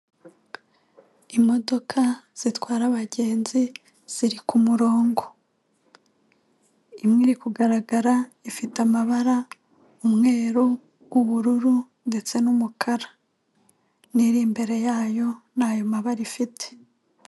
Imodoka zitwara abagenzi ziri kumurongo, imwe iri kugaragara ifite amabara umweru, ubururu, ndetse n'umukara n'iri imbere yayo ni ayo mabara ifite.